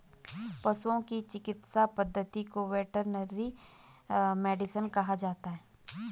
पशुओं की चिकित्सा पद्धति को वेटरनरी मेडिसिन कहा जाता है